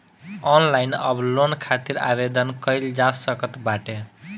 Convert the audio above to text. online अब loan खातिर आवेदन कईल जा सकत बाटे